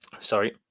Sorry